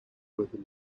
whether